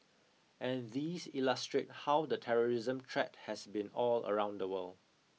and these illustrate how the terrorism threat has been all around the world